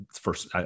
first